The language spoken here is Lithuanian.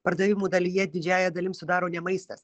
pardavimų dalyje didžiąja dalim sudaro ne maistas